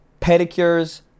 pedicures